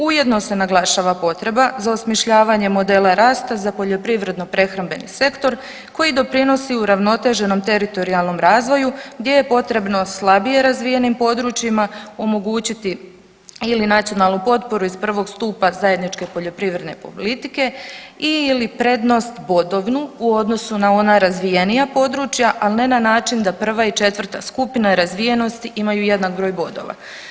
Ujedno se naglašava potreba za osmišljavanjem modela rasta za poljoprivredno prehrambeni sektor koji doprinosi uravnoteženom teritorijalnom razvoju gdje je potrebno slabije razvijenim područjima omogućiti ili nacionalnu potporu iz prvog stupa zajedničke poljoprivredne politike i/ili prednost bodovnu u odnosu na ona razvijenija područja ali ne na način da prva i četvrta skupina razvijenosti imaju jednak broj bodova.